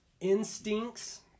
instincts